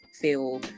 feel